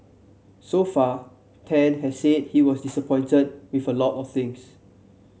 so far Tan has said he was disappointed with a lot of things